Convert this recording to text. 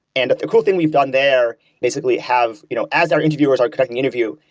and the cool thing we've done there basically have you know as our interviewers are conducting interview,